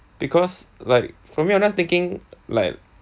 because like for me I'm just thinking like